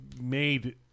made